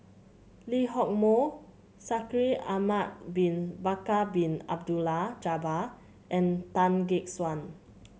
Lee Hock Moh Shaikh Ahmad Bin Bakar Bin Abdullah Jabbar and Tan Gek Suan